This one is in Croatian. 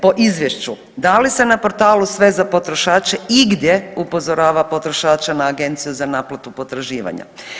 Po izvješću, da li se na portalu Sve za potrošače igdje upozorava potrošače na agenciju za naplatu potraživanja?